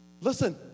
Listen